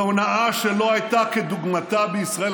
בהונאה שלא הייתה כדוגמתה בישראל,